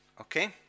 okay